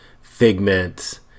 Figment